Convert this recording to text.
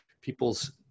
people's